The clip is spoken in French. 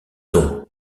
don